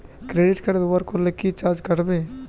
Credit card ব্যাবহার করলে কি চার্জ কাটবে?